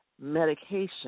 medication